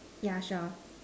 ya sure